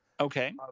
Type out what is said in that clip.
Okay